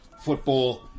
football